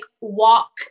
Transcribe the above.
walk